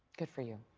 good for you.